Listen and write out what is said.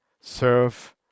serve